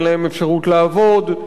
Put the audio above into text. אין להם אפשרות לעבוד,